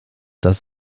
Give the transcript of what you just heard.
das